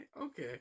Okay